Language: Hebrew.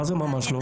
מה זה ממש לא?